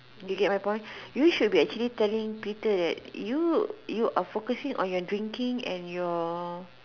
you get my point you should be actually be telling Peter that you you are focusing on your drinking and your